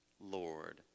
Lord